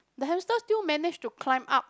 the hamster still manage to climb up